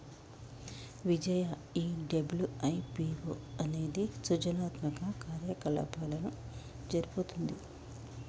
విజయ ఈ డబ్ల్యు.ఐ.పి.ఓ అనేది సృజనాత్మక కార్యకలాపాలను జరుపుతుంది